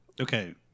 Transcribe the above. Okay